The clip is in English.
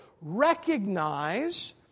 recognize